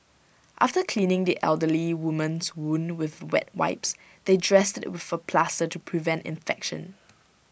after cleaning the elderly woman's wound with wet wipes they dressed IT with A plaster to prevent infection